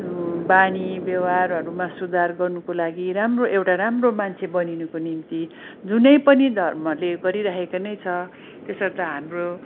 बानी व्यवहारहरूमा सुधार गर्नको लागि राम्रो एउटा राम्रो मान्छे बानिनको निम्ति जुनै पनि धर्महरूले गरिरहेको नै छ त्यसर्थ हाम्रो